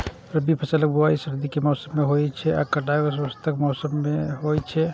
रबी फसलक बुआइ सर्दी के मौसम मे होइ छै आ कटाइ वसंतक मौसम मे होइ छै